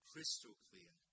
crystal-clear